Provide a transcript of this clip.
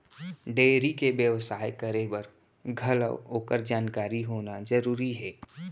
dairy के बेवसाय करे बर घलौ ओकर जानकारी होना जरूरी हे